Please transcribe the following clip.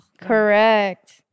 Correct